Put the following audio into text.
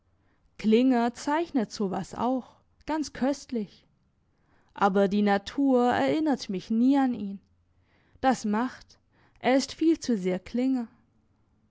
klinger zeichnet so was auch ganz köstlich aber die natur erinnert mich nie an ihn das macht er ist viel zu sehr klinger